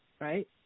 right